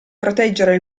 proteggere